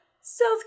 South